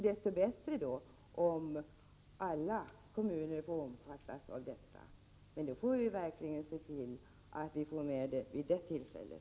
Desto bättre om alla kommuner omfattas. Men då gäller det att komma igen vid det tillfället.